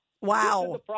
Wow